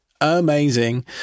amazing